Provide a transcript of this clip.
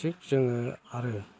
थिक जोङो आरो